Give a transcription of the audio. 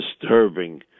disturbing